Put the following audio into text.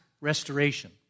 restoration